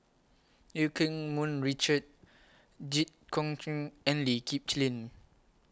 EU Keng Mun Richard Jit Koon Ch'ng and Lee Kip Lin